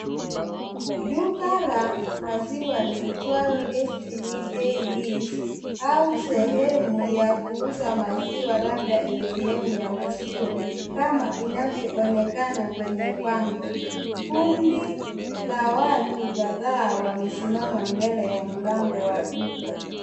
Duka la maziwa liitwalo Destiny Dairies au sehemu ya kuuza maziwa labda ATM ya maziwa, kama inavyoonekana kwenye bango. Kundi la watu kadhaa wamesimama mbele ya mlango wa duka.